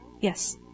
Yes